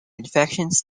infections